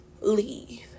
Leave